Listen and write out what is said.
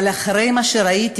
אבל אחרי מה שראיתי,